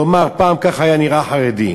לומר: פעם, כך היה נראה חרדי.